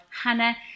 Hannah